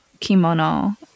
kimono